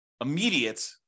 immediate